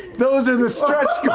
those are the stretch